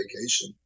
Vacation